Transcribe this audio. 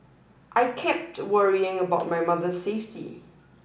I kept worrying about my mother's safety